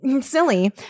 silly